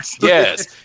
Yes